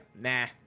nah